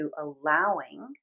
allowing